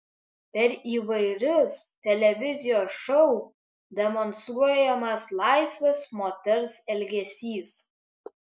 per įvairius televizijos šou demonstruojamas laisvas moters elgesys